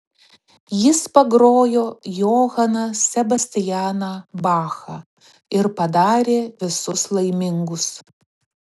jis pagrojo johaną sebastianą bachą ir padarė visus laimingus